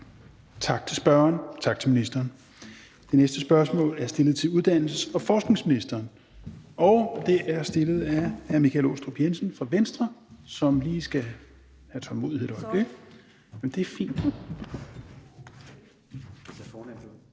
Tak til spørgeren, tak til ministeren. Det næste spørgsmål (spm. nr. S 1044) er stillet til uddannelses- og forskningsministeren, og det er stillet af hr. Michael Aastrup Jensen fra Venstre, som lige skal have tålmodighed et øjeblik.